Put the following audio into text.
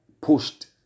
pushed